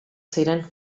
ziren